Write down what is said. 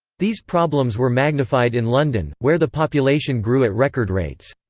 these problems were magnified in london, where the population grew at record rates.